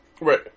Right